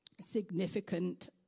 significant